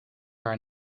haar